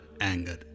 anger